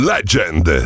Legend